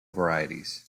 varieties